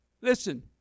listen